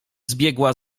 zbiegła